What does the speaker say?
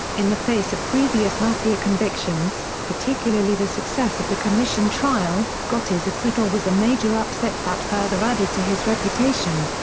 in the face of previous mafia convictions, particularly the success of the commission trial, gotti's acquittal was a major upset that further added to his reputation.